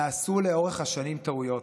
נעשו לאורך השנים טעויות.